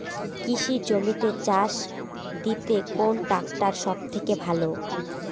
কৃষি জমিতে চাষ দিতে কোন ট্রাক্টর সবথেকে ভালো?